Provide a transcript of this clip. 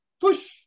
Push